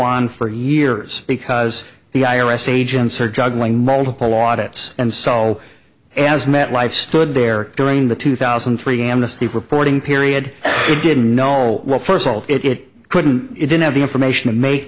on for years because the i r s agents are juggling multiple audit and so has met life stood there during the two thousand and three amnesty reporting period didn't know well first of all it couldn't it didn't have the information to make